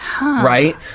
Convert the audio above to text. right